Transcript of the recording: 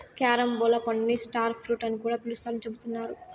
carambola పండుని star fruit అని కూడా పిలుత్తారని చెబుతున్నారు